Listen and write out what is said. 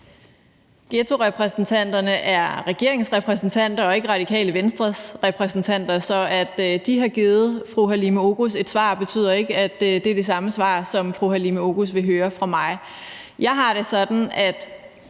Ghettorepræsentanterne er regeringens repræsentanter og ikke Radikale Venstres repræsentanter. Så at de har givet fru Halime Oguz et svar, betyder ikke, at det er det samme svar, som fru Halime Oguz vil høre fra mig. Jeg har det sådan, at